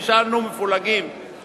נשארנו מפולגים,